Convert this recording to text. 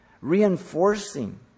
reinforcing